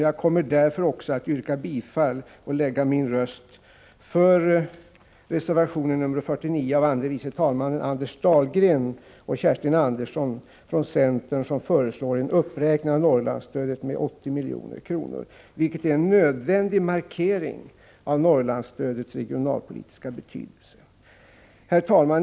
Jag kommer därför också att yrka bifall till och lägga min röst för reservation nr 49 av andre vice talman Anders Dahlgren och Kerstin Andersson från centern, som föreslår en uppräkning av Norrlandsstödet med 80 milj.kr., vilket är en nödvändig markering av Norrlandsstödets regionalpolitiska betydelse. Herr talman!